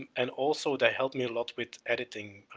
and also they helped me a lot with editing.